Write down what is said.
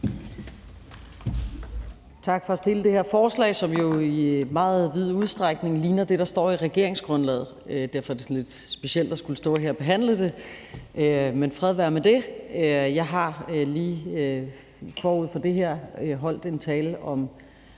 Tak for at fremsætte det her forslag, som jo i meget vid udstrækning ligner det, der står i regeringsgrundlaget. Derfor er det sådan lidt specielt at skulle stå her og behandle det, men fred være med det. Jeg har lige forud for det her punkt holdt en tale om